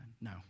No